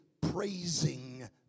praising